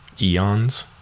eons